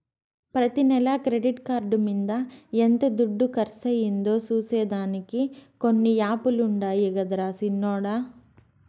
ప్రతి నెల credit card మింద ఎంత దుడ్డు కర్సయిందో సూసే దానికి కొన్ని యాపులుండాయి గదరా సిన్నోడ